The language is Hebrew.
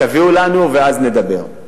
תביאו לנו ואז נדבר.